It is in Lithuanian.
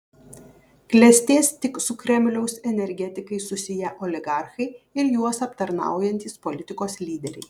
klestės tik su kremliaus energetikais susiję oligarchai ir juos aptarnaujantys politikos lyderiai